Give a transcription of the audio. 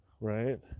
right